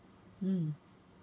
mm